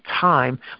time